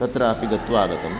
तत्रापि गत्वा आगतम्